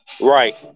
Right